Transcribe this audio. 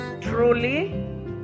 truly